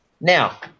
now